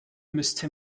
müsste